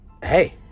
hey